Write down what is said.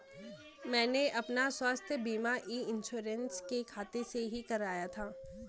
मैंने अपना स्वास्थ्य बीमा ई इन्श्योरेन्स के खाते से ही कराया था